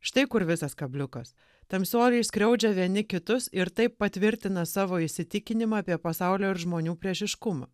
štai kur visas kabliukas tamsuoliai skriaudžia vieni kitus ir taip patvirtina savo įsitikinimą apie pasaulio ir žmonių priešiškumą